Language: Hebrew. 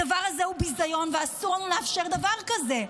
הדבר הזה הוא ביזיון, ואסור לנו לאפשר דבר כזה.